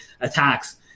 attacks